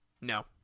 no